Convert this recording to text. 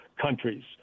countries